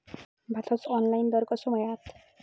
भाताचो ऑनलाइन दर कसो मिळात?